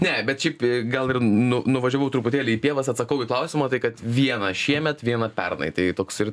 ne bet šiaip gal ir nu nuvažiavau truputėlį į pievas atsakau į klausimą tai kad vieną šiemet vieną pernai tai toks ir